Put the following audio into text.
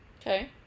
okay